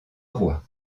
roi